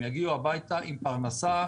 הם יגיעו הביתה עם פרנסה,